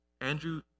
Andrew